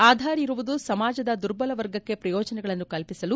ಆಧಾರ್ ಇರುವುದು ಸಮಾಜದ ದುರ್ಬಲ ವರ್ಗಕ್ಕೆ ಪ್ರಯೋಜನಗಳನ್ನು ಕಲ್ಪಿಸಲು